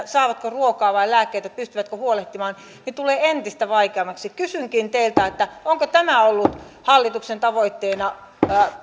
saavatko ruokaa vai lääkkeitä pystyvätkö huolehtimaan tulee entistä vaikeammaksi kysynkin teiltä onko tämä ollut hallituksen tavoitteena